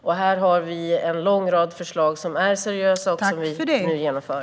Vi har en lång rad seriösa förslag som vi nu genomför.